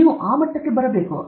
ನಾವು ಆ ಮಟ್ಟಕ್ಕೆ ಬರಬೇಕು